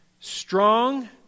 strong